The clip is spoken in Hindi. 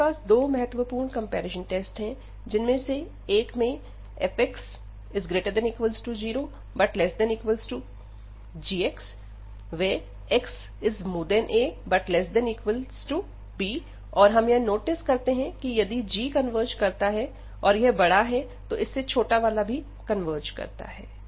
हमारे पास दो महत्वपूर्ण कंपैरिजन टेस्ट है जिसमें से एक में 0≤fx≤gxax≤b और हम यह नोटिस करते हैं कि यदि g कन्वर्ज करता है और यह बड़ा है तो इससे छोटा वाला भी कन्वर्ज करता है